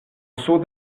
sot